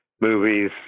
movies